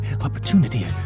opportunity